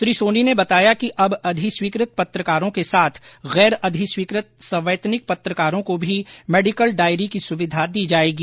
श्री सोनी ने बताया कि अब अधिस्वीकृत पत्रकारों के साथ गैर अधिस्वीकृत संवैतनिक पत्रकारों को भी मेडिकल डायरी की सुविधा दी जायेगी